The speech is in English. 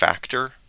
factor